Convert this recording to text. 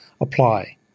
apply